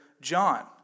John